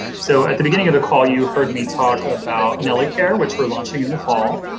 so at the beginning of the call you heard me talk about nellie care which we're launching in the fall,